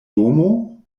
domo